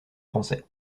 français